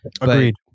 Agreed